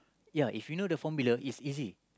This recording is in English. ya if you know the formula is easy